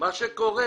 מה שקורה